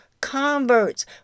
converts